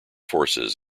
forces